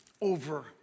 over